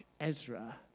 Ezra